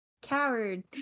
Coward